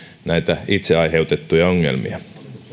näitä itse aiheutettuja ongelmia